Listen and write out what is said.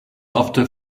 after